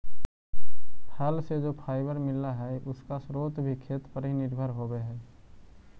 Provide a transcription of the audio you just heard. फल से जो फाइबर मिला हई, उसका स्रोत भी खेत पर ही निर्भर होवे हई